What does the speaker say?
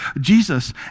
Jesus